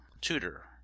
Tutor